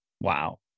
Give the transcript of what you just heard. wow